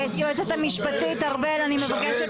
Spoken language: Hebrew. היועצת המשפטית אני מבקשת